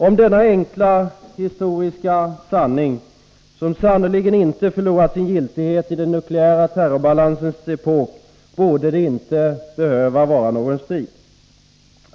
Om denna enkla historiska sanning — som förvisso inte förlorat sin giltighet i den nukleära terrorbalansens epok — borde det inte behöva bli någon strid.